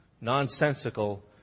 nonsensical